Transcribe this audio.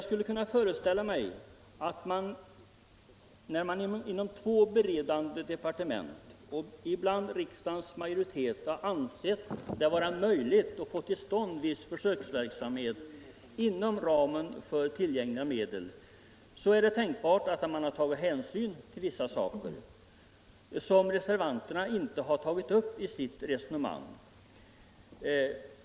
Men när två beredande departement och riksdagens majoritet har ansett det vara möjligt att få till stånd en viss försöksverksamhet inom ramen för tillgängliga medel, så är det tänkbart att man har tagit hänsyn till vissa omständigheter som reservanterna inte har tagit upp i sitt resonemang.